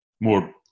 more